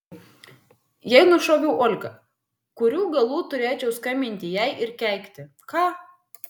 jei nušoviau olgą kurių galų turėčiau skambinti jai ir keikti ką